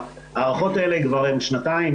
ההארכות האלה קורות כבר במשך שנתיים,